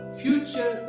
future